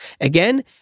again